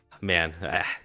Man